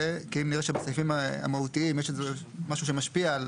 כי אם נראה שבסעיפים המהותיים יש משהו שמשפיע על